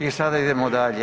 I sada idemo dalje.